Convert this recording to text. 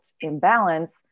imbalance